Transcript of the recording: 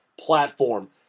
platform